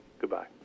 Goodbye